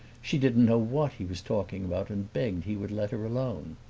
she didn't know what he was talking about and begged he would let her alone.